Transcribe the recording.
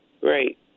Great